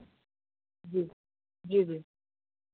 जी जी जी